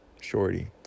Shorty